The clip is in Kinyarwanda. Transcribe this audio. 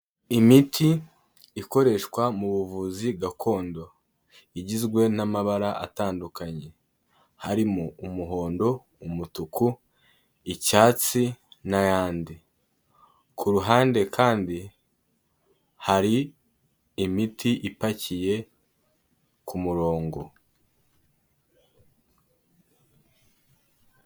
Imiti ikoreshwa muvuzi gakondo. Igizwe n'amabara atandukanye harimo umuhondo umutuku icyatsi n'ayandi kuruhande kandi hari imiti ipakiye kumurongo.